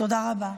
תודה רבה.